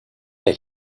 that